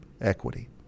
equity